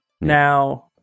Now